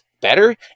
better